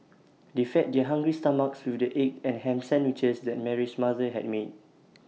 they fed their hungry stomachs with the egg and Ham Sandwiches that Mary's mother had made